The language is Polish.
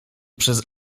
przez